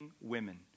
women